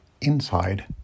inside